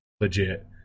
legit